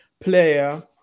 player